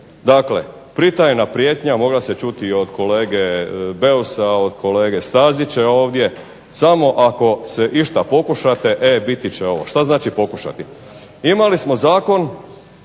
Dakle, pritajena prijetnja mogla se čuti od kolege Busa i Stazića ovdje, samo ako išta pokušate biti će ovo. Što znači pokušati? Imali smo zakon